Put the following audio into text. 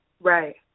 Right